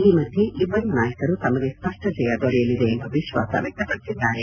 ಈ ಮಧ್ಯೆ ಇಬ್ಬರು ನಾಯಕರು ತಮಗೆ ಸ್ವಷ್ಟ ಜಯ ದೊರೆಯಲಿದೆ ಎಂಬ ವಿಶ್ವಾಸ ವ್ವಕ್ತಪಡಿಸಿದ್ದಾರೆ